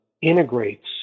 integrates